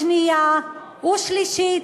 שנייה ושלישית.